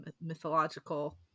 mythological